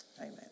amen